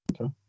Okay